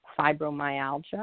fibromyalgia